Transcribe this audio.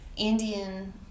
Indian